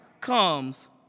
comes